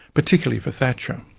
particularly for thatcher.